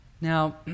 Now